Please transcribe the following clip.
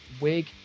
wig